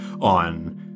on